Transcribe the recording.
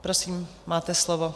Prosím, máte slovo.